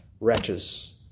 wretches